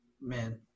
Man